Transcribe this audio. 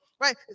Right